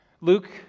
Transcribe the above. Luke